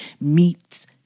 meets